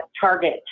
Target